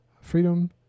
freedom